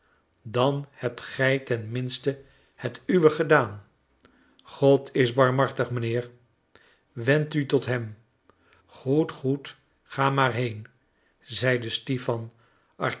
dan hebt gij ten minste het uwe gedaan god is barmhartig mijnheer wend u tot hem nu goed goed ga maar heen zeide stipan